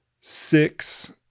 six